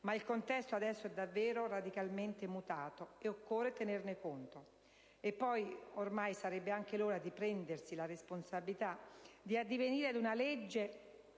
Ma il contesto adesso è davvero radicalmente mutato e occorre tenerne conto. E poi ormai sarebbe anche l'ora di prendersi la responsabilità di addivenire ad una legge